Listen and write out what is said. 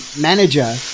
manager